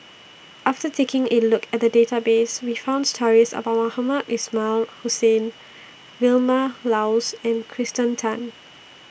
after taking A Look At The Database We found stories about Mohamed Ismail Hussain Vilma Laus and Kirsten Tan